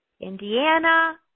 Indiana